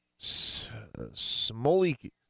Smolik